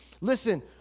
Listen